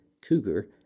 Cougar